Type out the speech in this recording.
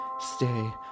Stay